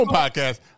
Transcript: podcast